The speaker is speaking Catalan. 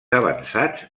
avançats